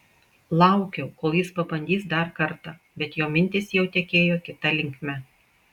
laukiau kol jis pabandys dar kartą bet jo mintys jau tekėjo kita linkme